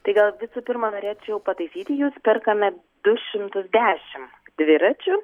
tai gal visų pirma norėčiau pataisyti jus perkame du šimtus dešim dviračių